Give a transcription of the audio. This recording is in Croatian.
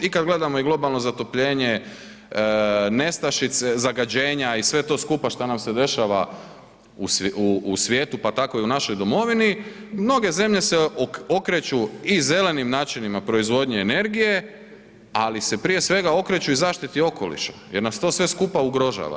I kad gledamo i globalno zatopljenje, nestašice, zagađenja i sve to skupa što nam se dešava u svijetu, pa tako i u našoj domovini, mnoge zemlje se okreću i zelenim načinima proizvodnje energije, ali se prije svega okreću i zaštiti okoliša jer nas to sve skupa ugrožava.